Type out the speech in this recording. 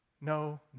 No